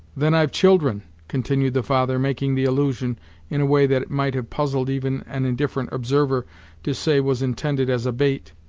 then i've children! continued the father, making the allusion in a way that it might have puzzled even an indifferent observer to say was intended as a bait,